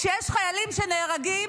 כשיש חיילים שנהרגים.